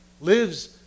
lives